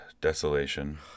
Desolation